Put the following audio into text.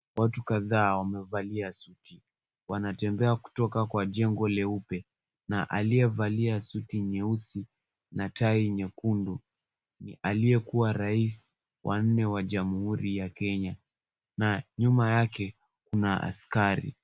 Watu kadha wamevalia suti. Wanatembea kutoka kwa jengo leupe na aliyevalia suti nyeusi na tai nyekundu, aliyekuwa rais wanne wa jumuhuri ya kenya na nyuma yake kuna polisi.